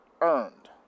earned